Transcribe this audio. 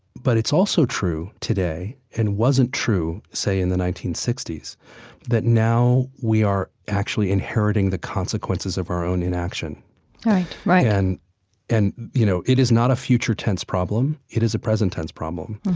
but it's also true today and wasn't true, say, in the nineteen sixty s that now we are actually inheriting the consequences of our own inaction right, right and and you know, it is not a future tense problem. it is a present tense problem.